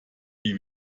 die